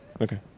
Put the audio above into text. Okay